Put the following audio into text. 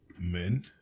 Men